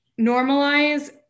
normalize